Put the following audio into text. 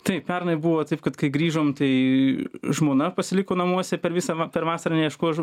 taip pernai buvo taip kad kai grįžom tai žmona pasiliko namuose per visą per vasarą neieškojo